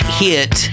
hit